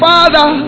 Father